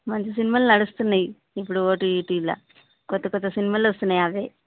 మంచి సినిమాలు నడుస్తున్నాయి ఇప్పుడు ఓటీటీలో కొత్త కొత్త సినిమాలు వస్తున్నాయి అవే